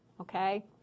Okay